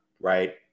right